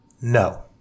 No